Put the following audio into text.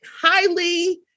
highly